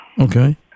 Okay